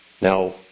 now